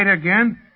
again